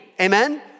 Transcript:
Amen